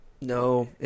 no